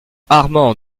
armand